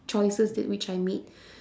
choices th~ which I made